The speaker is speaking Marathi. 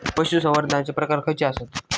पशुसंवर्धनाचे प्रकार खयचे आसत?